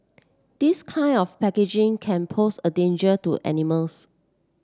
this kind of packaging can pose a danger to animals